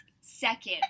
second